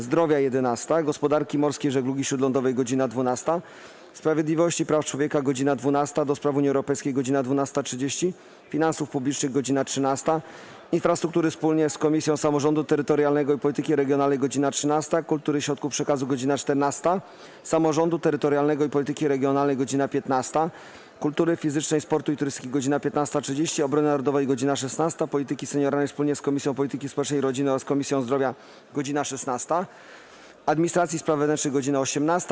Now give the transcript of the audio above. Zdrowia - godz. 11, - Gospodarki Morskiej i Żeglugi Śródlądowej - godz. 12, - Sprawiedliwości i Praw Człowieka - godz. 12, - do Spraw Unii Europejskiej - godz. 12.30, - Finansów Publicznych - godz. 13, - Infrastruktury wspólnie z Komisją Samorządu Terytorialnego i Polityki Regionalnej - godz. 13, - Kultury i Środków Przekazu - godz. 14, - Samorządu Terytorialnego i Polityki Regionalnej - godz. 15, - Kultury Fizycznej, Sportu i Turystyki - godz. 15.30, - Obrony Narodowej - godz. 16, - Polityki Senioralnej wspólnie z Komisją Polityki Społecznej i Rodziny oraz Komisją Zdrowia - godz. 16, - Administracji i Spraw Wewnętrznych - godz. 18,